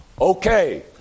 Okay